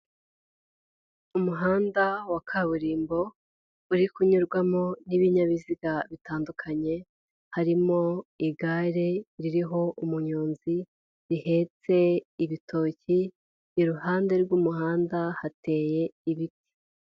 Umuhanda wa kaburimbo, uri kunyurwamo n'ibinyabiziga bitandukanye, harimo igare ririho umunyonzi, rihetse ibitoki, iruhande rw'umuhanda hateye ibiti.